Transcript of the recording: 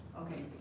Okay